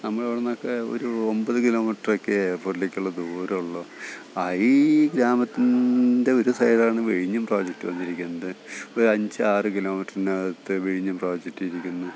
നമ്മുടവിടുന്നൊക്കെ ഒരു ഒൻപത് കിലോമീറ്ററക്കെയേ എയർപ്പോട്ടിലെക്കുള്ള ദൂരമുള്ളു അ ഈ ഗ്രാമത്തിൻ്റെ ഒരു സൈഡാണ് വിഴിഞ്ഞം പ്രോജക്റ്റ് വന്നിരിക്കുന്നത് ഒരു അഞ്ച് ആറ് കിലോമീറ്റർനകത്ത് വിഴിഞ്ഞം പ്രോജക്റ്റിരിക്കുന്നു